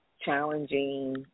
challenging